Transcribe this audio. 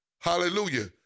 hallelujah